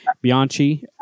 Bianchi